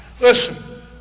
Listen